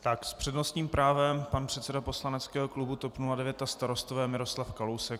S přednostním právem pan předseda poslaneckého klubu TOP 09 a Starostové Miroslav Kalousek.